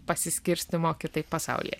pasiskirstymo kitaip pasaulyje